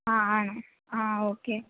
ആ ആണോ ആ ഓക്കേ